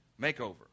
Makeover